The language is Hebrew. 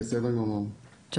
בסדר גמור, אני אדאג לזה.